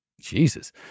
Jesus